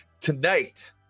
tonight